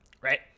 Right